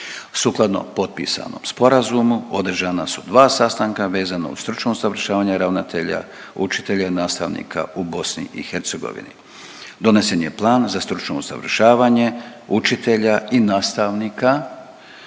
Sukladno potpisanom sporazumu održana su dva sastanka vezano uz stručno usavršavanje ravnatelja, učitelja i nastavnika u BiH. Donesen je plan za stručno usavršavanje učitelja i nastavnika